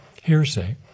hearsay